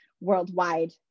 worldwide